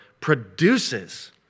produces